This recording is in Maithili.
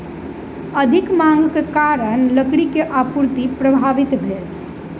अधिक मांगक कारण लकड़ी के आपूर्ति प्रभावित भेल